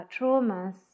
traumas